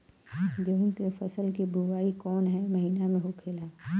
गेहूँ के फसल की बुवाई कौन हैं महीना में होखेला?